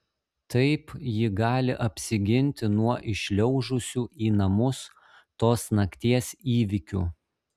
taip ji gali apsiginti nuo įšliaužusių į namus tos nakties įvykių